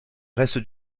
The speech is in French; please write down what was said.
reste